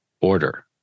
order